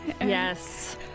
Yes